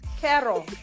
Carol